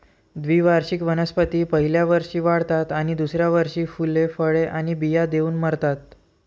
द्विवार्षिक वनस्पती पहिल्या वर्षी वाढतात आणि दुसऱ्या वर्षी फुले, फळे आणि बिया देऊन मरतात